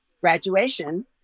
graduation